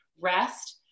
rest